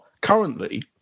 currently